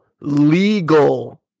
legal